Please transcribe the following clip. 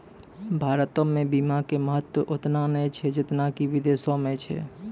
भारतो मे बीमा के महत्व ओतना नै छै जेतना कि विदेशो मे छै